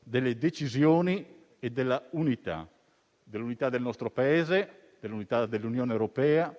delle decisioni e dell'unità: dell'unità del nostro Paese, dell'unità dell'Unione europea;